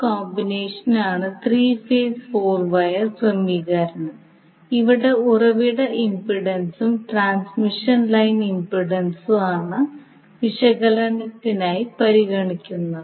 ഈ കോമ്പിനേഷൻ ആണ് three phase four wire ക്രമീകരണം ഇവിടെ ഉറവിട ഇംപെഡൻസും ട്രാൻസ്മിഷൻ ലൈൻ ഇംപെഡൻസും ആണ് വിശകലനത്തിനായി പരിഗണിക്കുന്നത്